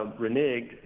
reneged